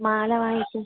മാല വാങ്ങിക്കാൻ